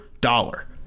dollar